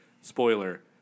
spoiler